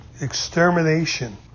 extermination